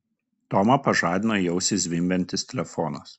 tomą pažadino į ausį zvimbiantis telefonas